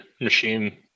machine